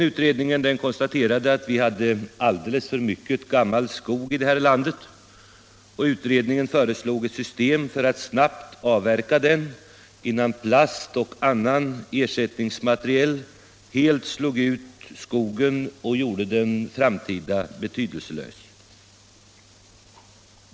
Utredningen konstaterade att vi hade alldeles för mycket gammal skog i landet och föreslog ett system för att snabbt avverka den, innan plast och annat ersättningsmaterial helt slog ut skogsprodukterna och gjorde dem betydelselösa för framtiden.